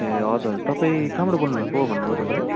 ए हजुर हजुर तपाईँ कहाँबाट बोल्नु भएको भन्नुभयो तपाईँले